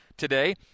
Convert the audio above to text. today